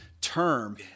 term